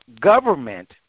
government